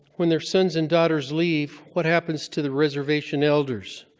when their sons and daughters leave, what happens to the reservation elders?